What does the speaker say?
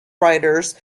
writers